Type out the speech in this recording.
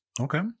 Okay